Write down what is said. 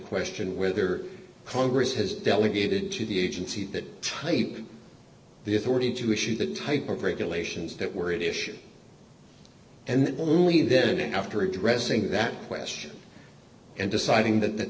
question whether congress has delegated to the agency that type the authority to issue the type of regulations that were issued and only then after addressing that question and deciding that that